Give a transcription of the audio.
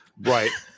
right